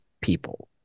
people